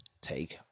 Take